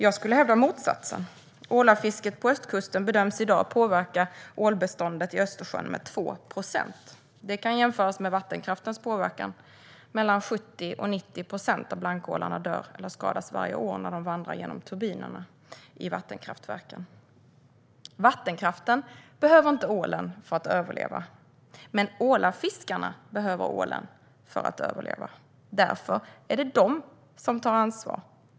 Jag skulle hävda motsatsen. Ålafisket på östkusten bedöms i dag påverka ålbeståndet i Östersjön med 2 procent. Det kan jämföras med vattenkraftens påverkan. Mellan 70 och 90 procent av blankålarna dör eller skadas varje år när de vandrar genom turbinerna i vattenkraftverken. Vattenkraften behöver inte ålen för att överleva. Men ålafiskarna behöver ålen för att överleva. Därför är det de som tar ansvar.